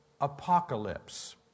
apocalypse